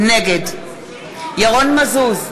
נגד ירון מזוז,